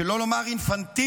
שלא לומר אינפנטילית,